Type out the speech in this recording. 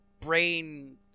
brain